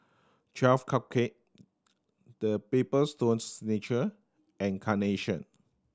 Twelve Cupcake The Papers Stone Signature and Carnation